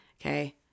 Okay